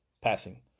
passing